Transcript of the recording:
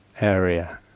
area